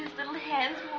little hands